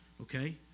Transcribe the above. okay